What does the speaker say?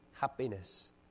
Happiness